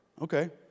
Okay